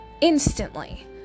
Instantly